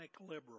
liberal